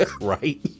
Right